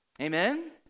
Amen